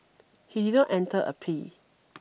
he did not enter a P